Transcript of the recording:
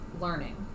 learning